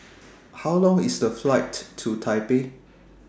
How Long IS The Flight to Taipei